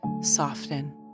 soften